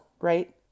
right